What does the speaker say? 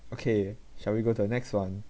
okay shall we go to the next one